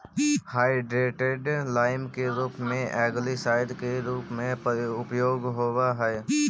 hydrated lime के भी algaecide के रूप में उपयोग होव हई